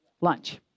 Lunch